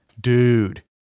Dude